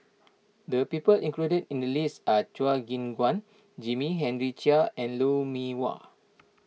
the people included in the list are Chua Gim Guan Jimmy Henry Chia and Lou Mee Wah